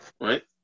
Right